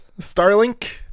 Starlink